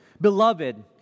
Beloved